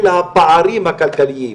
אלא הפערים הכלכליים.